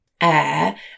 air